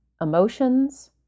emotions